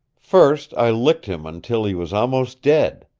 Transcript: first i licked him until he was almost dead.